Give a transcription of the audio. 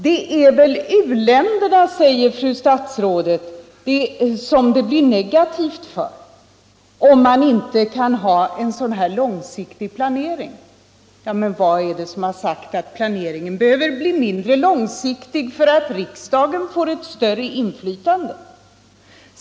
Det är väl u-länderna som det blir negativt för, säger fru statsrådet, om man inte kan ha en långsiktig planering. Vad är det som säger att planeringen behöver bli mindre långsiktig för att riksdagen får ett större inflytande?